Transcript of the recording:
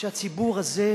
הציבור הזה,